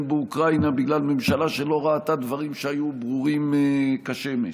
באוקראינה בגלל ממשלה שלא ראתה דברים שהיו ברורים כשמש,